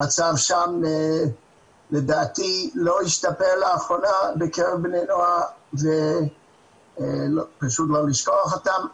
לדעתי המצב שם לא השתפר לאחרונה בקרב בני הנוער וחשוב לא לשכוח אותם.